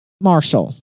Marshall